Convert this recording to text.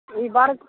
ई बड़